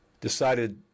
decided